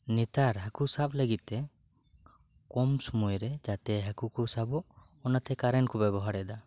ᱱᱮᱛᱟᱨ ᱦᱟᱠᱳ ᱥᱟᱵ ᱞᱟᱹᱜᱤᱫ ᱛᱮ ᱠᱚᱢ ᱥᱚᱢᱚᱭ ᱨᱮ ᱡᱟᱛᱮ ᱦᱟᱠᱳ ᱠᱚ ᱥᱟᱵᱚᱜ ᱚᱱᱟᱛᱮ ᱠᱟᱨᱮᱱ ᱠᱚ ᱵᱮᱵᱚᱦᱟᱨ ᱮᱫᱟ